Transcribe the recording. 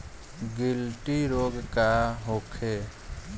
गिल्टी रोग का होखे?